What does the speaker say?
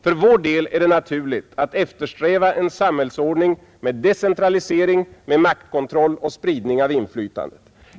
För vår del är det naturligt att eftersträva en samhällsordning med decentralisering, med maktkontroll och spridning av inflytandet.